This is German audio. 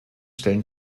stellen